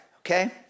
okay